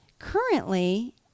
currently